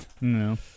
No